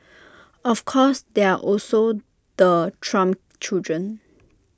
of course there are also the Trump children